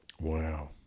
wow